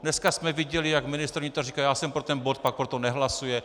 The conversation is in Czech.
Dneska jsme viděli, jak ministr vnitra řekne: já jsem pro ten bod, pak pro to nehlasuje.